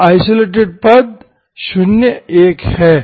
तो आइसोलेटेड पद 0 1 हैं